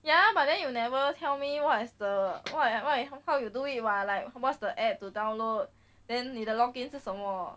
ya but then you never tell me what is the what I what I how come you do it what like what's the app to download then 你的 login 是什么